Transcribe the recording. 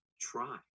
try